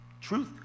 truth